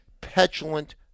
petulant